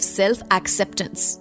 self-acceptance